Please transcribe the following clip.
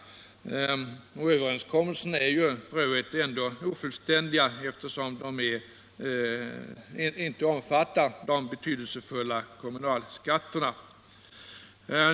Överenskommelserna är f. ö. ändå ofullständiga, eftersom de inte omfattar de betydelsefulla kommunalskatterna.